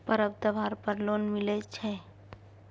पर्व त्योहार पर लोन मिले छै?